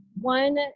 one